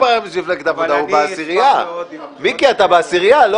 אבל אני אשמח מאוד אם הבחירות תתקיימנה.